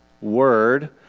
word